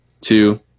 two